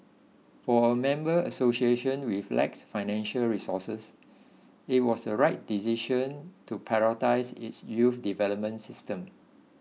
for a member association which lacks financial resources it was a right decision to prioritise its youth development system